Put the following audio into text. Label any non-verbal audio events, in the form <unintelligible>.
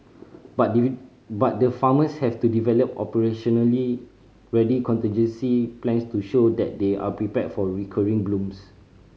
but the <unintelligible> but the farmers have to develop operationally ready contingency plans to show that they are prepared for recurring blooms